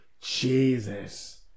Jesus